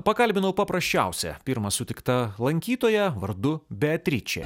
pakalbinau paprasčiausią pirmą sutiktą lankytoją vardu beatričė